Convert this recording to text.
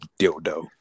dildo